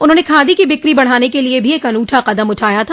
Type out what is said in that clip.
उन्होंने खादी की बिक्री बढ़ाने के लिए भी एक अनूठा कदम उठाया था